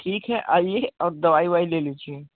ठीक है आइये और दवाई ववाई ले लीजिये